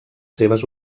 seves